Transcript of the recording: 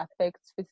affects